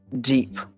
deep